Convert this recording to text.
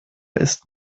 ist